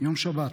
יום שבת,